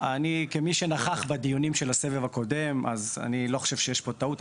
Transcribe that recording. כמי שנכח בדיוני הסבב הקודם אז אני לא חושב שיש פה טעות,